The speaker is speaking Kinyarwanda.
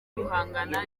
guhangana